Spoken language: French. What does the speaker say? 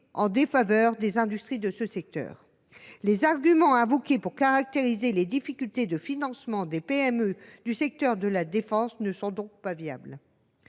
en défaveur des industries de ce secteur. » Les arguments invoqués pour justifier de difficultés de financement des PME du secteur de la défense ne sont donc pas viables.